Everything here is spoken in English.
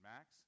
Max